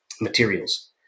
materials